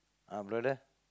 uh brother